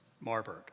Marburg